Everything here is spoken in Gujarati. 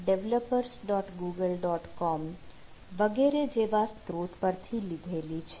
com વગેરે જેવા સ્ત્રોત પરથી લીધેલી છે